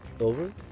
Over